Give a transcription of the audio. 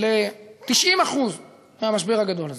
ל-90% מהמשבר הגדול הזה.